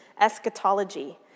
eschatology